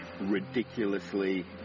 ridiculously